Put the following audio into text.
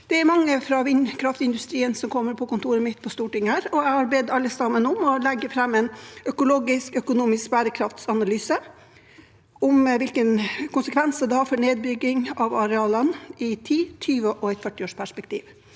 Det er mange fra vindkraftindustrien som kommer på kontoret mitt på Stortinget, og jeg har bedt alle sammen om å legge fram en økologisk økonomisk bærekraftsanalyse av hvilke konsekvenser dette har for nedbygging av arealene i et 10-, 20- og 40-årsperspektiv.